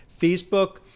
Facebook